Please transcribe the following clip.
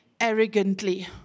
arrogantly